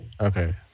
Okay